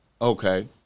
Okay